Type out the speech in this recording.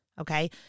Okay